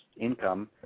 income